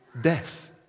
Death